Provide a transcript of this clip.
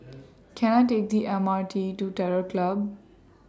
Can I Take The M R T to Terror Club